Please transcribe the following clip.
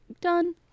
done